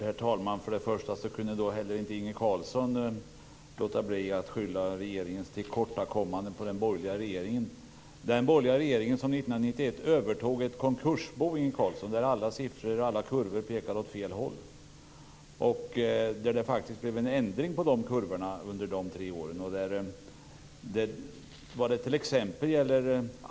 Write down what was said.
Herr talman! Inte heller kunde Inge Carlsson låta bli att skylla regeringens tillkortakommanden på den borgerliga regeringen. Det var den borgerliga regering som 1991 övertog ett konkursbo, Inge Carlsson, där alla siffror och kurvor pekade åt fel håll. Det blev faktiskt en ändring på de kurvorna under de tre åren.